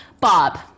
Bob